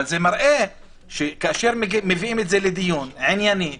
אבל זה מראה שכאשר מביאים את זה לדיון ענייני